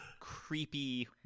creepy